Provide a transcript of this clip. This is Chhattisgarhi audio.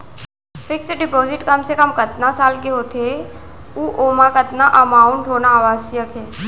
फिक्स डिपोजिट कम से कम कतका साल के होथे ऊ ओमा कतका अमाउंट होना आवश्यक हे?